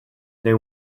they